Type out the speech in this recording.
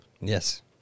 Yes